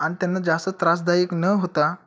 आणि त्यांना जास्त त्रासदायक न होता